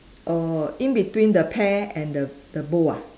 oh in between the pear and the the bowl ah